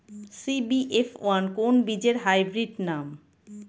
CBF one কোন বীজের hybrid নাম?